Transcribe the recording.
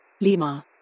Lima